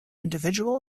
individual